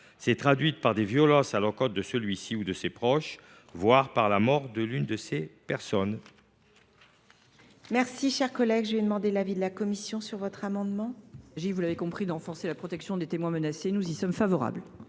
s’est traduite par des violences à l’encontre de celui ci ou de ses proches, voire par la mort de l’une de ces personnes.